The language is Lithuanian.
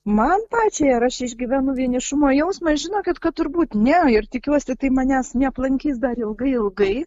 man pačiai ar aš išgyvenu vienišumo jausmą žinokit kad turbūt ne ir tikiuosi tai manęs neaplankys dar ilgai ilgai